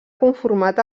conformat